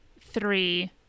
three